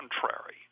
contrary